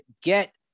get